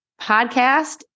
podcast